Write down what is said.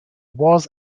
was